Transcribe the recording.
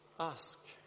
ask